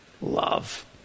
love